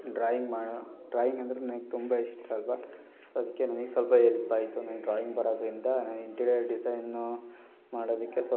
drawing ಮಾ drawing ಎಂದರೆ ನನ್ಗೆ ತುಂಬ ಇಷ್ಟ ಅಲ್ವ ಸೊ ಅದಕ್ಕೆ ನನ್ಗೆ ಸ್ವಲ್ಪ ಎಲ್ಪ್ ಆಯಿತು ನಂಗೆ ಡ್ರಾಯಿಂಗ್ ಬರೋದರಿಂದ ನನ್ನ ಇಂಟೀರಿಯರ್ ಡಿಝೈನೂ ಮಾಡೋದಕ್ಕೆ ಸ್ವಲ್ಪ ಎಲ್ಪ್ ಆಯಿತು